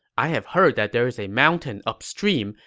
i have heard that there is a mountain upstream,